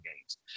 games